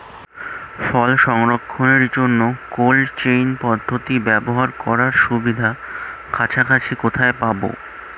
ফল সংরক্ষণের জন্য cold chain পদ্ধতি ব্যবহার করার সুবিধা কাছাকাছি কোথায় পাবো?